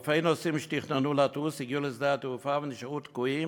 אלפי נוסעים שתכננו לטוס הגיעו לשדה התעופה ונשארו תקועים,